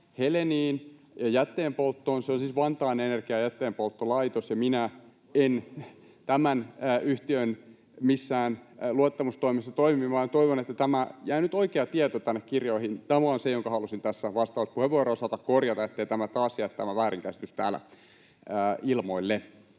Heleniin ja jätteenpolttoon: Se on siis Vantaan Energian jätteenpolttolaitos, ja minä en tämän yhtiön missään luottamustoimessa toimi, ja toivon, että jää nyt tämä oikea tieto tänne kirjoihin. Tämä on se, minkä halusin tässä vastauspuheenvuorossa korjata, niin ettei taas jää tämä väärinkäsitys täällä ilmoille.